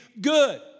good